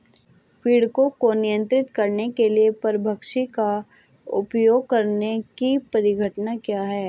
पीड़कों को नियंत्रित करने के लिए परभक्षी का उपयोग करने की परिघटना क्या है?